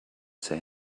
say